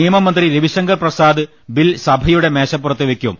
നിയമമന്ത്രി രവി ശങ്കർ പ്രസാദ് ബിൽ സഭയുടെ മേശപ്പുറത്ത് വയ്ക്കും